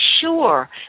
sure